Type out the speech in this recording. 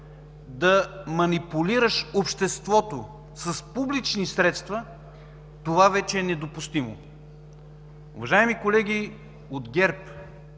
да манипулираш обществото с публични средства, това вече е недопустимо. Уважаеми колеги от ГЕРБ,